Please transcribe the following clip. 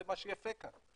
זה מה שיפה כאן.